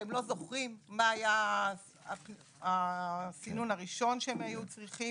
שהם לא זוכרים מה היה הסינון הראשון שהם היום צריכים.